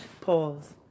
Pause